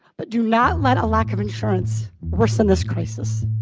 but do not let a lack of insurance worsen this crisis.